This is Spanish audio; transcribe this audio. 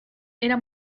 era